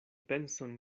penson